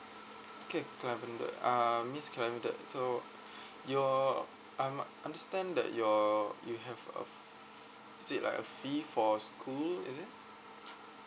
okay uh miss so your um I understand that your you have a is it like a fee for school is it